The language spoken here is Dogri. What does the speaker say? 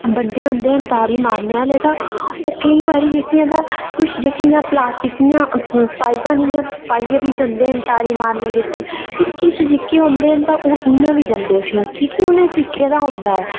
बंदे होंदे न तारी मारने आह्ले तां ओह् केईं बारी जेह्की आं तां ओह् प्लास्टिक दियां पाइपां नेहियां लेइयै बी चलदे न तारी मारने गित्तै ते किश जेह्के होंदे न ओह् इं'या बी जंदे उठी कि के उ'नें सिक्खे दा होंदा ऐ